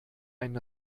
einen